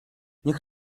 niech